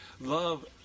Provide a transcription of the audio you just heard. Love